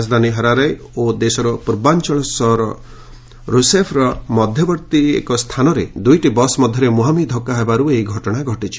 ରାଜଧାନୀ ହରାରେ ଓ ଦେଶର ପୂର୍ବାଞ୍ଚଳ ସହର ରୁସଫେର ମଧ୍ୟବର୍ତ୍ତୀ ଏକ ସ୍ଥାନରେ ଦୁଇଟି ବସ୍ ମଧ୍ୟରେ ମୁହାଁମୁହିଁ ଧକ୍କା ହେବାରୁ ଏହି ଘଟଣା ଘଟିଛି